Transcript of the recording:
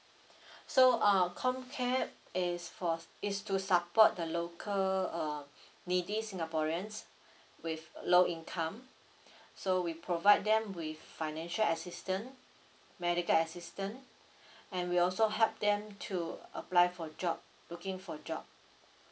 so uh comm care is for is to support the local uh needy singaporeans with low income so we provide them with financial assistance medical assistance and we also help them to apply for job looking for job